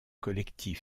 collectif